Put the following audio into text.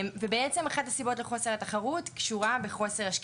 ובעצם אחת הסיבות לחוסר התחרות קשורה בחוסר השקיפות.